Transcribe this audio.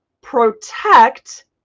protect